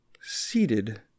seated